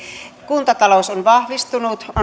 kuntatalous on vahvistunut on